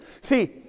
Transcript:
See